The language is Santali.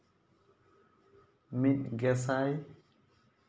ᱢᱤᱫ ᱜᱮᱥᱟᱭ